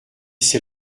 c’est